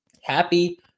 Happy